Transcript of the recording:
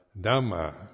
dhamma